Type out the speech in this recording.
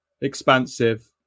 expansive